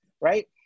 Right